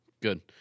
Good